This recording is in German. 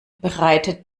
bereitet